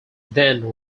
then